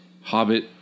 Hobbit